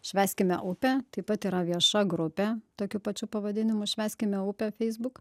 švęskime upę taip pat yra vieša grupė tokiu pačiu pavadinimu švęskime upę feisbuk